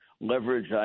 leverage